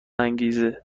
انگیزه